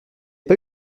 pas